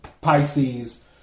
Pisces